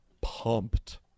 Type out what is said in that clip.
pumped